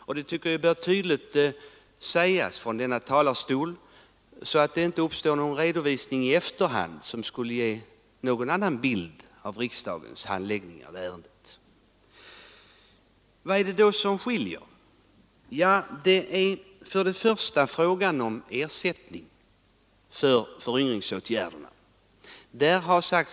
Jag tycker att detta tydligt bör sägas från kammarens talarstol, så att det inte i efterhand uppstår någon annan bild av riksdagens handläggning av Vad är det då som skiljer oss åt? Det är till att börja med frågan om ersättning för föryngringsåtgärderna.